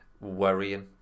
Worrying